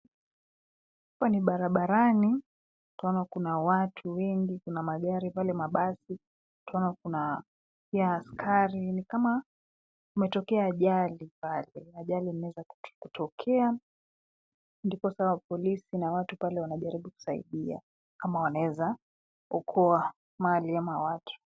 Hapa ni barabarani, twaona kuna watu wengi, kuna magari, yale mabasi, twaona kuna, pia askari ni kama, kumetokea ajali, pale, ajali imeweza kutokea, ndiposa polisi na watu pale wanajaribu kusaidia, ama wanaweza, okoa, mali ama watu.